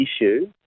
issue